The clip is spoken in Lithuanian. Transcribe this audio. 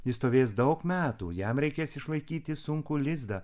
jis stovės daug metų jam reikės išlaikyti sunkų lizdą